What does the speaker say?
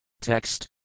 Text